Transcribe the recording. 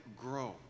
grow